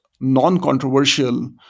non-controversial